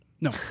No